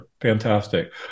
Fantastic